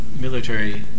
military